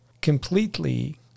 completely